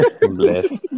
Bless